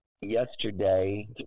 yesterday